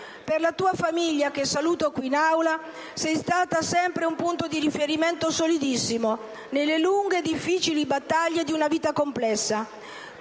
Per la tua famiglia, che saluto, qui nelle tribune, sei stata sempre un punto di riferimento solidissimo nelle lunghe e difficili battaglie di una vita complessa.